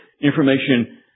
information